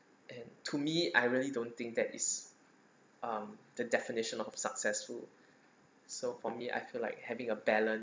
and to me I really don't think that is um the definition of successful so for me I feel like having a balance